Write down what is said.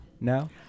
No